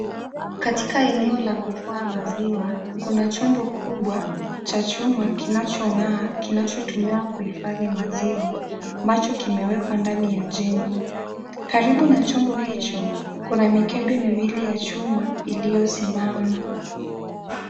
Katika eneo la kuvua maziwa, kuna chombo kubwa cha chuma kinachong'aa, kinachotumiwa kuhifadhi maziwa, ambacho kimewekwa ndani ya jengo. Karibu na chombo hicho, kuna mikebe miwili ya chuma iliyosimama.